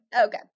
okay